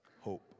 hope